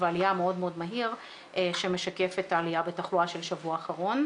העלייה המאוד מהיר שמשקף את העלייה בתחלואה של שבוע אחרון.